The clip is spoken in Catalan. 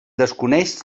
desconeix